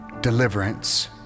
deliverance